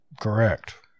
Correct